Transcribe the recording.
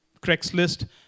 Craigslist